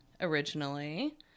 originally